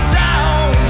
down